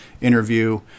interview